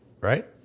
Right